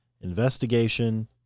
investigation